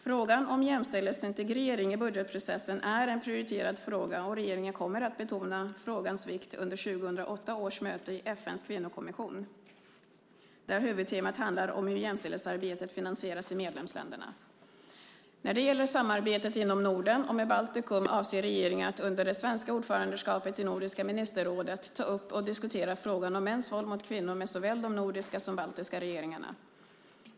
Frågan om jämställdhetsintegrering i budgetprocessen är en prioriterad fråga, och regeringen kommer att betona frågans vikt under 2008 års möte i FN:s Kvinnokommission, CSW, Commission on the Status of Women, där huvudtemat handlar om hur jämställdhetsarbetet finansieras i medlemsländerna. När det gäller samarbetet inom Norden och med Baltikum avser regeringen att under det svenska ordförandeskapet i Nordiska ministerrådet ta upp och diskutera frågan om mäns våld mot kvinnor med såväl de nordiska som baltiska regeringarna.